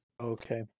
Okay